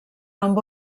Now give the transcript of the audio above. amb